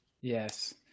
Yes